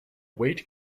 weight